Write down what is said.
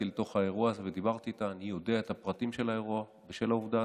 הרלוונטיים לצורך חידוד נהלים ווידוא שישראל אינה מוכרת למדינות